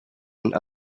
and